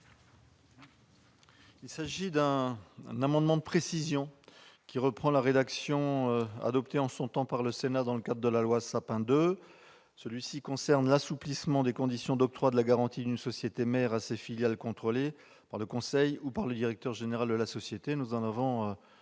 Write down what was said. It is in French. Cet amendement de précision vise à reprendre la rédaction adoptée en son temps par le Sénat, dans le cadre de la loi Sapin II. Il porte sur l'assouplissement des conditions d'octroi de la garantie d'une société mère à ses filiales contrôlées, par le conseil ou par le directeur général de la société. Nous y avons